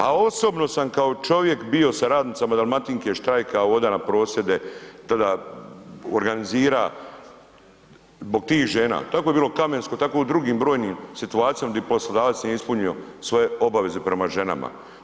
A osobno sam kao čovjek bio sa radnicama „Dalmatinke“, štrajka, oda na prosvjede tada organizira zbog tih žena, tako je bilo u „Kamensko“ tako je u drugim brojnim situacijama gdje poslodavac nije ispunio svoje obaveze prema ženama.